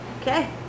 Okay